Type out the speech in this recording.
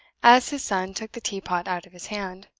as his son took the tea-pot out of his hand.